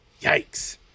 Yikes